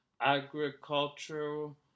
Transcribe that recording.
Agricultural